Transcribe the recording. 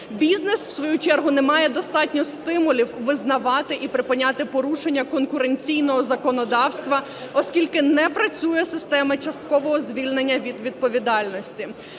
Бізнес, у свою чергу, не має достатньо стимулів визнавати і припиняти порушення конкуренційного законодавства, оскільки не працює система часткового звільнення від відповідальності.